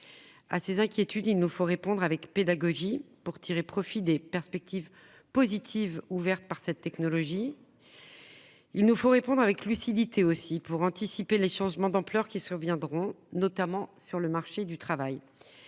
À ces inquiétudes, il nous faut répondre avec pédagogie, pour tirer profit des perspectives positives ouvertes par cette technologie. Il nous faut aussi répondre avec lucidité, pour anticiper les changements d'ampleur qui surviendront, notamment sur le marché du travail.